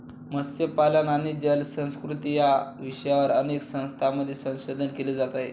मत्स्यपालन आणि जलसंस्कृती या विषयावर अनेक संस्थांमध्ये संशोधन केले जात आहे